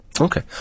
Okay